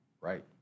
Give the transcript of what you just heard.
right